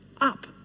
up